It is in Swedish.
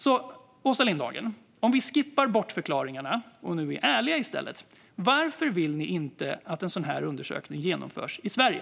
Om vi alltså skippar bortförklaringarna, Åsa Lindhagen, och är ärliga i stället, varför vill ni inte att en sådan här undersökning genomförs i Sverige?